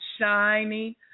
shining